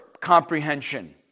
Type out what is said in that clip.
comprehension